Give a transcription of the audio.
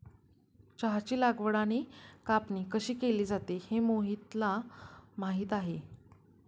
चहाची लागवड आणि कापणी कशी केली जाते हे मोहितला माहित आहे